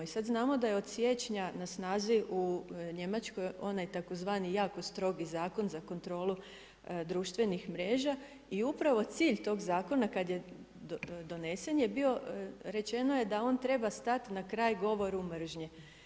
I sada znamo da je od siječnja na snazi u Njemačkoj onaj tzv. jako strogi zakon za kontrolu društvenih mreža i upravo cilj tog zakona kada je donesen je bio, rečen je da on treba stati na kraj govora mržnje.